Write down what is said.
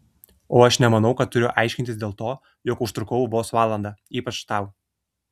o aš nemanau kad turiu aiškintis dėl to jog užtrukau vos valandą ypač tau